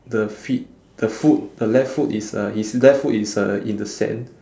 the feet the foot the left foot is uh is left foot is uh in the sand